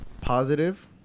positive